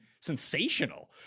sensational